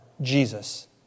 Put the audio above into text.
Jesus